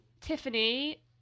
Tiffany